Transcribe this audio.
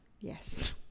Yes